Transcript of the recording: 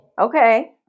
okay